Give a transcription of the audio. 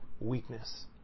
weakness